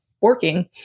working